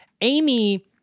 Amy